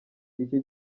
icyo